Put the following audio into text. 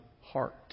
heart